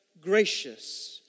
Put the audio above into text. gracious